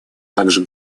также